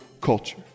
culture